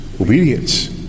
obedience